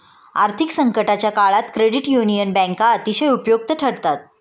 आर्थिक संकटाच्या काळात क्रेडिट युनियन बँका अतिशय उपयुक्त ठरतात